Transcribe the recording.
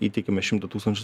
įteikėme šimtą tūkstančių